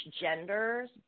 genders